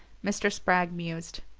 mr. spragg mused.